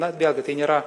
na vėlgi tai nėra